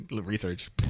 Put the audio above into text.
Research